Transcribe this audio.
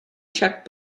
check